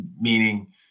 meaning